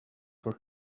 for